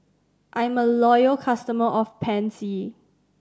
I'm a loyal customer of Pansy